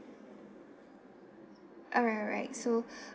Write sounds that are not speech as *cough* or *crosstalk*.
alright alright so *breath*